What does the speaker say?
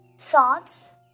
thoughts